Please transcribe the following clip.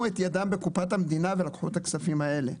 את ידם בקופת המדינה ולקחו את הכספים האלה.